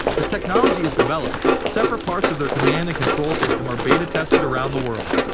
as technology is developed, separate parts of their command and control system are beta-tested around the world.